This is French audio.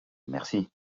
merci